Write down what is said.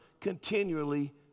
continually